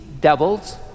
devils